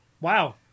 Wow